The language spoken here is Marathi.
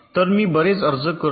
तर मी बरेच अर्ज करतो